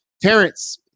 terrence